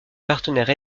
partenaire